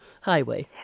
highway